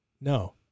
No